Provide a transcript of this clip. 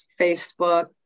Facebook